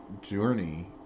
journey